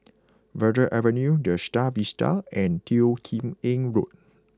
Verde Avenue The Star Vista and Teo Kim Eng Road